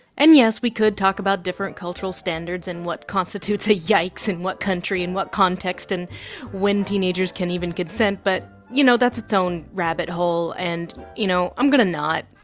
and yes, we could talk about different cultural standards and what constitutes a yikes in what country in what context and when teenagers can even consent. but you know that's its own rabbit hole, and you know i'm gonna not.